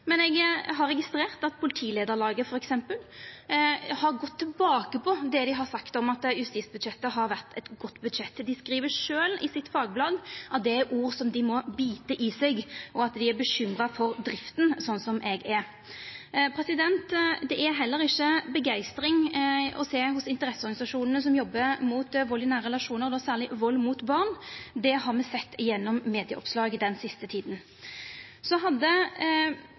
men eg har registrert at Politilederlaget f.eks. har gått tilbake på det dei har sagt om at justisbudsjettet er eit godt budsjett. Dei skriv sjølve i fagbladet sitt at det er ord som dei må bita i seg, og at dei er bekymra for drifta, slik som eg er. Det er heller ikkje begeistring å sjå hos interesseorganisasjonane som jobbar mot vald i nære relasjonar, og særleg vald mot barn. Det har me sett gjennom medieoppslag den siste tida. Så hadde